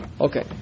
okay